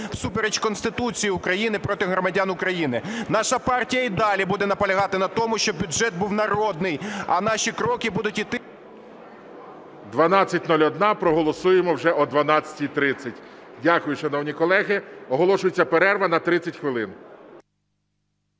всупереч Конституції України проти громадян України. Наша партія і далі буде наполягати на тому, щоб бюджет був народний. А наші кроки будуть іти… ГОЛОВУЮЧА. 12:01, проголосуємо вже о 12:30. Дякую, шановні колеги. Оголошується перерва на 30 хвилин.